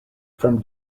from